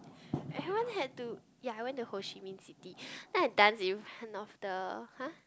everyone had to ya I went to Ho-Chi-Minh City then I dance in front of the !huh!